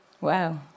Wow